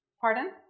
pardon